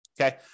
Okay